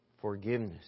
forgiveness